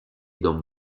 don